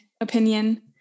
opinion